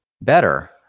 Better